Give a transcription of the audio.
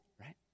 right